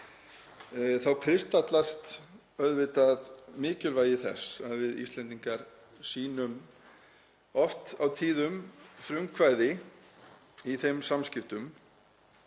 kristallast auðvitað mikilvægi þess að við Íslendingar sýnum oft á tíðum frumkvæði í þeim samskiptum.